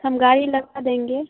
ہم گاڑی لگا دیں گے